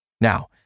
Now